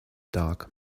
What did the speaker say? dark